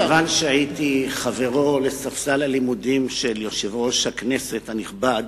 כיוון שהייתי חברו לספסל הלימודים של יושב-ראש הכנסת הנכבד,